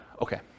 Okay